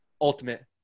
ultimate